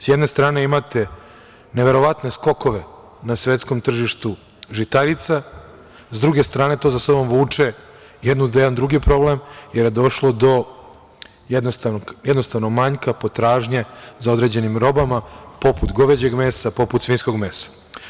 Sa jedne strane imate neverovatne skokove na svetskom tržištu žitarica, a sa druge strane to sa sobom vuče jedan drugi problem, jer je došlo do manjka potražnje za određenim robama, poput goveđeg mesa, poput svinjskog mesa.